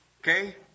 Okay